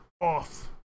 off